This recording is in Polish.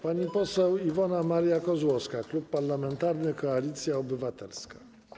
Pani poseł Iwona Maria Kozłowska, Klub Parlamentarny Koalicja Obywatelska.